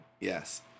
Yes